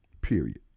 period